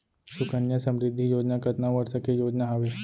सुकन्या समृद्धि योजना कतना वर्ष के योजना हावे?